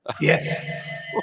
Yes